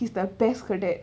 he's the best cadet